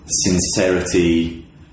sincerity